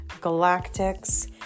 galactics